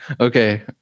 Okay